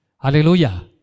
Hallelujah